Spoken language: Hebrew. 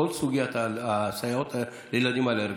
כל סוגיית הסייעות לילדים אלרגיים.